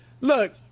Look